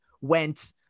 went